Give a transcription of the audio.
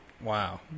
Wow